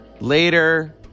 later